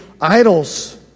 idols